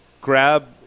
grab